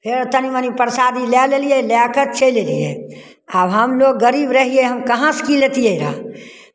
फेर तनि मनि प्रसादी लए लेलियै लए कऽ चलि एलियै आब हम लोग गरीब रहियै हम कहाँसँ की लैतियै रहए